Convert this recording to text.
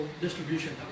distribution